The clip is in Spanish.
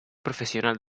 profesional